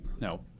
no